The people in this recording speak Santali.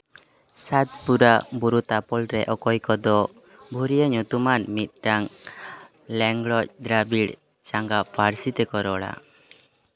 ᱥᱟᱛᱯᱩᱨᱟ ᱵᱩᱨᱩ ᱛᱟᱯᱚᱞ ᱨᱮ ᱚᱠᱚᱭ ᱠᱚᱫᱚ ᱵᱷᱟᱹᱨᱭᱟᱹ ᱧᱩᱛᱩᱢᱟᱱ ᱢᱤᱫᱴᱟᱝ ᱞᱮᱸᱜᱲᱚᱡᱽ ᱫᱨᱟᱵᱤᱲ ᱪᱟᱸᱜᱟ ᱯᱟᱹᱨᱥᱤ ᱛᱮᱠᱚ ᱨᱚᱲᱟ